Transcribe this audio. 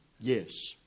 Yes